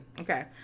Okay